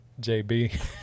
jb